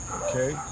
okay